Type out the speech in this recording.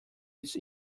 its